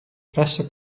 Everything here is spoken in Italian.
presso